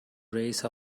race